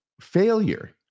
failure